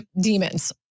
demons